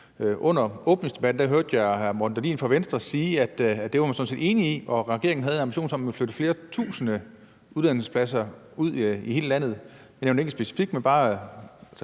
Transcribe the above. Under åbningsdebatten hørte jeg hr. Morten Dahlin fra Venstre sige, at det var man sådan set enig i, og at regeringen havde en ambition om at flytte flere tusind uddannelsespladser ud i hele landet. Der nævnes ingen specifikke, men bare